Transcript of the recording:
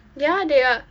ya they are